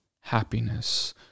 happiness